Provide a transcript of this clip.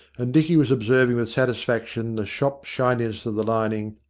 and dicky was observing with satisfaction the shop-shininess of the lining,